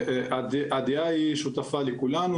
הדעה היא שותפה לכולנו.